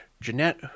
Jeanette